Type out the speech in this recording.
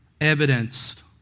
evidenced